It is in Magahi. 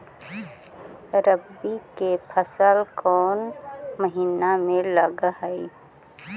रबी की फसल कोन महिना में लग है?